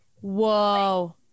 Whoa